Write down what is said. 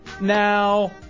Now